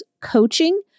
coaching